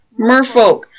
merfolk